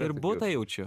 ir butą jaučiu